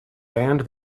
banned